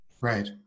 Right